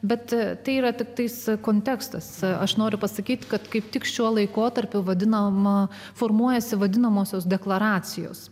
bet tai yra tiktai su kontekstas aš noriu pasakyti kad kaip tik šiuo laikotarpiu vadinama formuojasi vadinamosios deklaracijos